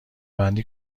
بندی